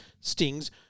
Stings